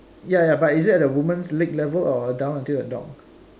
ya ya but is it at the woman's leg level or down until the dog